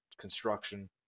construction